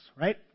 right